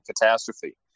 catastrophe